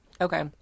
Okay